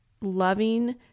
loving